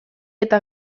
eta